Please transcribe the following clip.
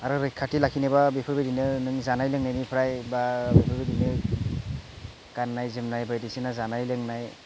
आरो रैखाथि लाखिनोबा बेफोरबायदिनो नों जानाय लोंनायनिफ्राय बा ओरैनो गाननाय जोमनाय बायदिसिना जानाय लोंनाय